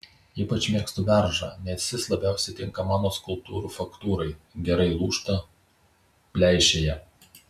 ypač mėgstu beržą nes jis labiausiai tinka mano skulptūrų faktūrai gerai lūžta pleišėja